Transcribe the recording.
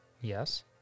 Yes